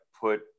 put